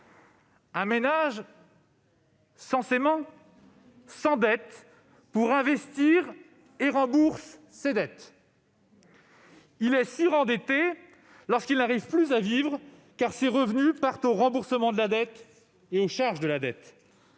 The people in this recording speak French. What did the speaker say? un ménage s'endette en principe pour investir et rembourse ses dettes. Il est surendetté lorsqu'il n'arrive plus à vivre, car ses revenus servent au remboursement de la dette et des charges de la dette.